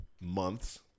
months